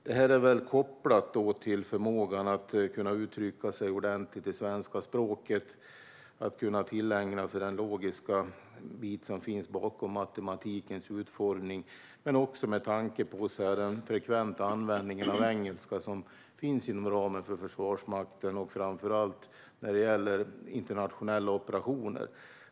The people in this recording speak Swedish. Detta är kopplat till förmågan att kunna uttrycka sig ordentligt på svenska språket och att kunna tillägna sig den logiska biten bakom matematikens utformning men också till den frekventa användningen av engelska inom Försvarsmakten, framför allt i internationella operationer.